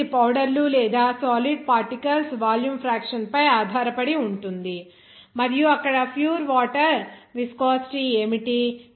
కాబట్టి ఇది పౌడర్లు లేదా సాలిడ్ పార్టికల్స్ వాల్యూమ్ ఫ్రాక్షన్ పై ఆధారపడి ఉంటుంది మరియు అక్కడ ప్యూర్ వాటర్ విస్కోసిటీ ఏమిటి